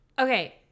Okay